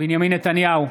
בנימין נתניהו,